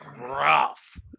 rough